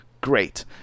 Great